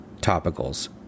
topicals